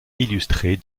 illustrée